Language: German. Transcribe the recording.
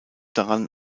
daran